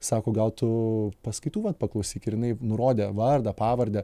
sako gal tu paskaitų vat paklausyk ir jinai nurodė vardą pavardę